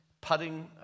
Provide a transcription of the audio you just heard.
putting